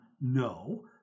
No